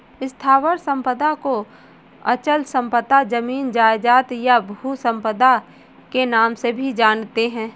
स्थावर संपदा को अचल संपदा, जमीन जायजाद, या भू संपदा के नाम से भी जानते हैं